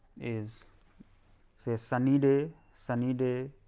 is say sunny day, sunny day,